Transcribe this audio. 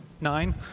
nine